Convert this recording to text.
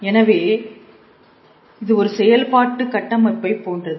எனவே இது ஒரு செயல்பாட்டு கட்டமைப்பை போன்றது